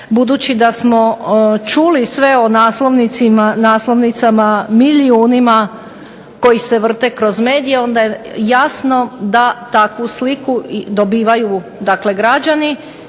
budući da smo čuli sve o naslovnicama, milijunima koji se vrte kroz medije onda je jasno da takvu sliku dobivaju građani